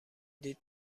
دید